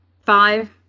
five